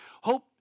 hope